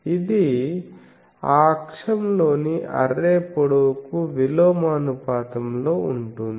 ఇది ఆ అక్షంలోని అర్రే పొడవుకు విలోమానుపాతంలో ఉంటుంది